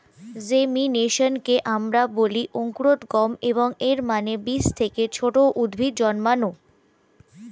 জেমিনেশনকে আমরা বলি অঙ্কুরোদ্গম, এবং এর মানে বীজ থেকে ছোট উদ্ভিদ জন্মানো